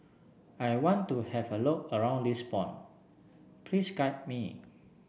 I want to have a look around Lisbon please guide me